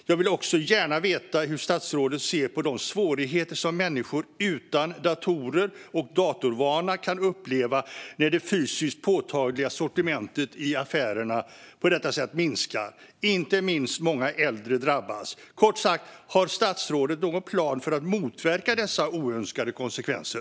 Jag vill också gärna veta hur statsrådet ser på de svårigheter som människor utan datorer och datorvana kan uppleva när det fysiskt påtagliga sortimentet i affärerna på detta sätt minskar. Inte minst många äldre drabbas. Kort sagt: Har statsrådet någon plan för att motverka dessa oönskade konsekvenser?